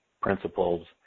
principles